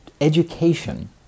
education